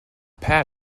pat